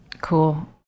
Cool